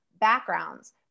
backgrounds